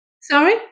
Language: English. Sorry